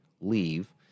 leave